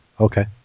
Okay